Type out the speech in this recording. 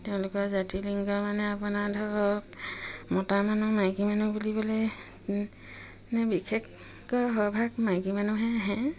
তেওঁলোকৰ জাতিলিংগ মানে আপোনাৰ ধৰক মতা মানুহ মাইকী মানুহ বুলিবলে মানে বিশেষকৈ সৰহভাগ মাইকী মানুহে আহে